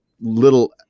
little